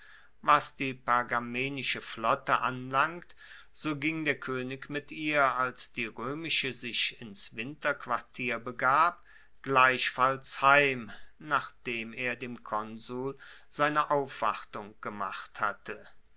was die pergamenische flotte anlangt so ging der koenig mit ihr als die roemische sich ins winterquartier begab gleichfalls heim nachdem er dem konsul seine aufwartung gemacht hatte